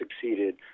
succeeded